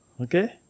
Okay